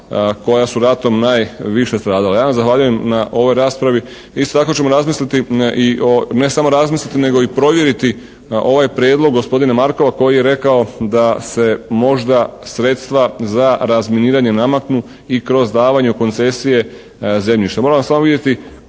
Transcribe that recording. koja su ratom najviše stradala. Ja vam zahvaljujem na ovoj raspravi. Isto tako ćemo razmisliti i o, ne samo razmisliti nego i provjeriti ovaj prijedlog gospodina Markova koji je rekao da se možda sredstva za razminiranje namaknu i kroz davanje u koncesije zemljišta. Moramo samo vidjeti